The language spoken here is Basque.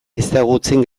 ezagutzen